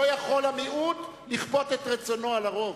לא יכול המיעוט לכפות את רצונו על הרוב,